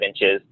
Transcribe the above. inches